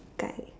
guy